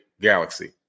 galaxy